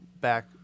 back